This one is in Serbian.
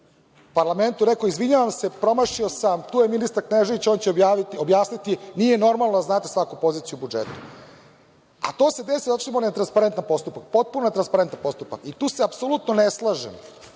parlamentu i rekao – izvinjavam se, promašio sam, tu je ministar Knežević, on će objasniti, nije normalno da znate svaku poziciju u budžetu. To se desilo zato što imamo netransparentan postupak, potpuno netransparentan postupak i tu se apsolutno ne slažem